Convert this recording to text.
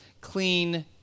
clean